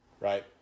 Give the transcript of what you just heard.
Right